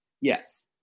Yes